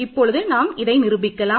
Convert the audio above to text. இப்பொழுது இதை நிரூபிக்கலாம்